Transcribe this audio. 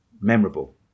memorable